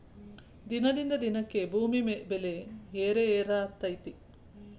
ದಿನದಿಂದ ದಿನಕ್ಕೆ ಭೂಮಿ ಬೆಲೆ ಏರೆಏರಾತೈತಿ